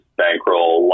bankroll